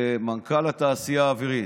התעשייה האווירית,